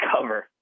cover